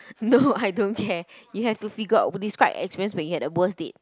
no I don't care you have to figure out describe experience when you had the worst date